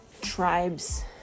tribes